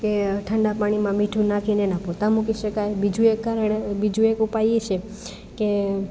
કે ઠંડા પાણીમાં મીઠું નાખીને એના પોતા મૂકી શકાય બીજું એક ઉપાય એ છે કે